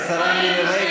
לסיים את המשפט.